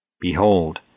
Behold